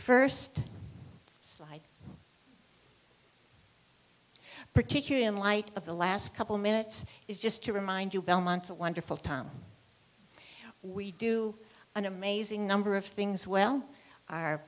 first slide particularly in light of the last couple minutes is just to remind you belmont a wonderful time we do an amazing number of things well our